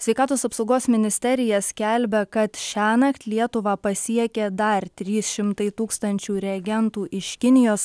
sveikatos apsaugos ministerija skelbia kad šiąnakt lietuvą pasiekė dar trys šimtai tūkstančių reagentų iš kinijos